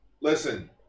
listen